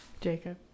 jacob